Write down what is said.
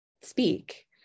speak